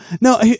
No